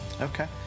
Okay